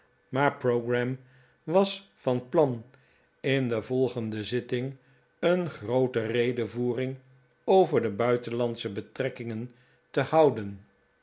maar pogram was van plan in de volgende zitting een groote redevoering over de buitenlandsche betrekkingen te houden